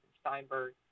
Steinberg